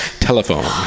telephone